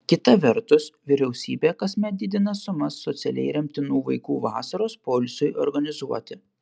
kita vertus vyriausybė kasmet didina sumas socialiai remtinų vaikų vasaros poilsiui organizuoti